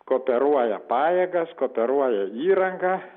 kooperuoja pajėgas kooperuoja įrangą